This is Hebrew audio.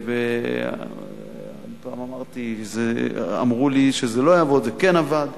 גם אמרתי, אמרו לי שזה לא יעבוד, זה כן עבד.